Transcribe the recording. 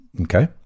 Okay